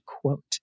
quote